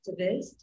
activist